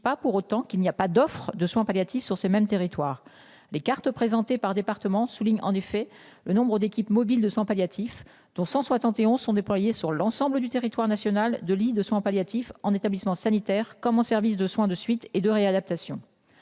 pas pour autant qu'il n'y a pas d'offre de soins palliatifs sur ces mêmes territoires les cartes présentées par département souligne en effet, le nombre d'équipes mobiles de 100 palliatifs dont 171 sont déployés sur l'ensemble du territoire national, de lits de soins palliatifs en établissement sanitaire comme en services de soins de suite et de réadaptation.